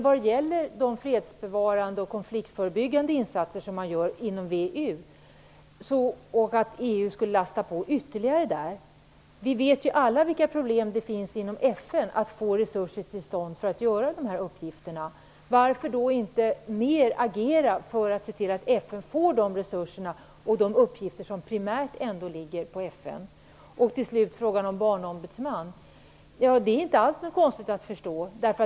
Vad gäller de fredsbevarande och konfliktförebyggande insatserna inom VEU vet vi alla vilka problem det finns inom FN att få resurser till uppgifterna. Varför då inte mer agera för att se till att FN får resurser för de uppgifter som ändå primärt ligger på FN? Till slut till frågan om barnombudsman: Förslaget är inte alls konstigt.